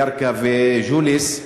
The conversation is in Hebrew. ירכא וג'וליס.